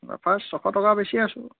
Lafarge ছশ টকা বেচি আছোঁ